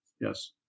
Yes